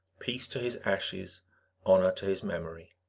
peace to his ashes honor to his memory.